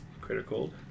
critical